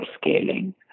scaling